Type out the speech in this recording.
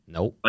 Nope